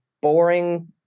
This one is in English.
boring